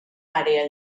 àrea